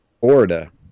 Florida